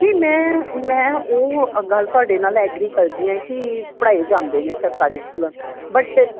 ਨਹੀਂ ਮੈਂ ਮੈਂ ਉਹ ਗੱਲ ਤੁਹਾਡੇ ਨਾਲ ਐਗਰੀ ਕਰਦੀ ਹੈ ਕਿ ਪੜ੍ਹਾਈ ਜਾਂਦੇ ਨੇ ਸਰਕਾਰੀ ਸਕੂਲਾਂ 'ਚ ਬਟ